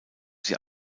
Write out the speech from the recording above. sie